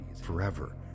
forever